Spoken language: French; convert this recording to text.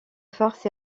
farces